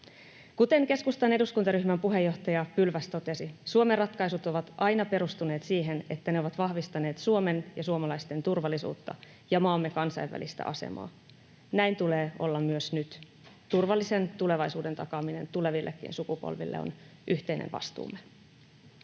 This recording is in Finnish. Kuten keskustan eduskuntaryhmän puheenjohtaja Pylväs totesi, Suomen ratkaisut ovat aina perustuneet siihen, että ne ovat vahvistaneet Suomen ja suomalaisten turvallisuutta ja maamme kansainvälistä asemaa — näin tulee olla myös nyt. Turvallisen tulevaisuuden takaaminen tulevillekin sukupolville on yhteinen vastuumme.